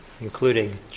Including